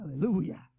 Hallelujah